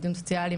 עובדות סוציאליות,